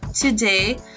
Today